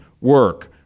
work